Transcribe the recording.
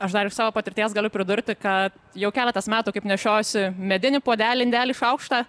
aš dar iš savo patirties galiu pridurti ka jau keletas metų kaip nešiojuosi medinį puodelį indelį šaukštą